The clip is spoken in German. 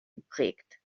geprägt